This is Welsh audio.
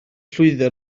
llwyddo